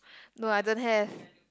no I don't have